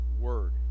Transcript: Word